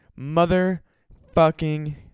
motherfucking